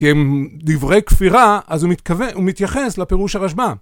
כי הם דברי כפירה, אז הוא מתייחס לפירוש הרשב"ם.